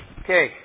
Okay